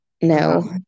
No